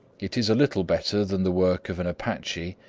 it is a little better than the work of an apache,